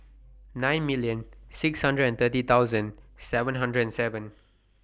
nine million six hundred and thirty thousand seven hundred and seven